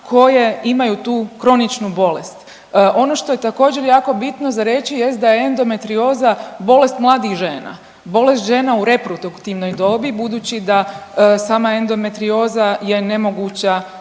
koje imaju tu kroničnu bolest. Ono što je također jako bitno za reći jest da je endometrioza bolest mladih žena, bolest žena u reproduktivnoj dobi budući da sama endometrioza je nemoguća